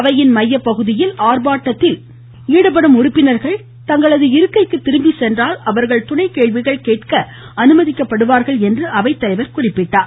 அவையின் மையப்பகுதியில் ஆர்ப்பாட்டத்தில் ஈடுபடும் உறுப்பினர்கள் தங்களது இருக்கைக்கு திரும்பி சென்றால் அவர்கள் துணை கேள்விகள் கேட்க அனுமதிக்கப்படுவார்கள் என்று அவைத்தலைவர் கூறினார்